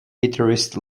guitarist